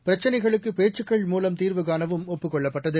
பிரச்சினைகளுக்கு பேச்சுக்கள் மூலம் தீர்வு காணவும் ஒப்புக் கொள்ளப்பட்டது